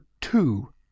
two